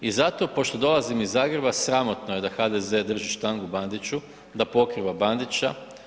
I zato pošto dolazim iz Zagreba, sramotno je da HDZ drži štangu Bandiću, da pokriva Bandića.